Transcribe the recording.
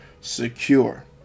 secure